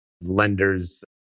lenders